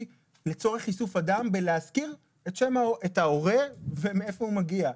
לצורך איסוף הדם בהזכרת שם ההורה ומאין הוא מגיע.